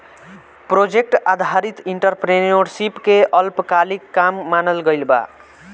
project आधारित entrepreneurship के अल्पकालिक काम मानल गइल बा